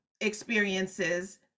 experiences